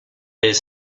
his